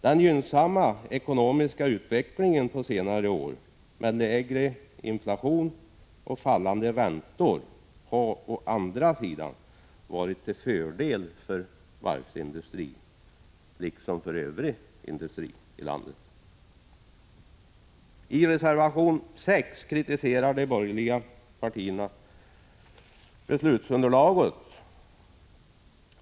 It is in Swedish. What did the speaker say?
Den gynnsamma ekonomiska utvecklingen på senare år med lägre inflation och fallande räntor har å andra sidan varit till fördel för varvsindustrin, liksom för övrig industri i landet. I reservation 6 kritiserar de borgerliga partierna beslutsunderlaget.